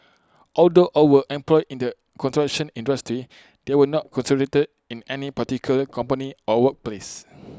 although all were employed in the construction industry they were not concentrated in any particular company or workplace